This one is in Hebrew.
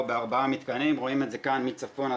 והבנתי שגם כועסים שאנחנו קוראים לזה גז מחצבים.